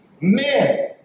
men